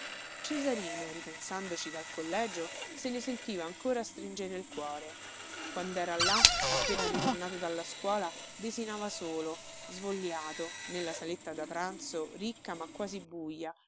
cesarino ripensandoci dal collegio se ne sentiva ancora stringere il cuore quandera là appena ritornato dalla scuola desinava solo svogliato nella saletta da pranzo ricca ma quasi buja